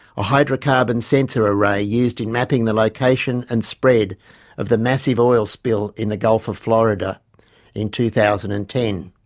a hydrocarbon sensor array used in mapping the location and spread of the massive oil spill in the gulf of florida in two thousand and ten,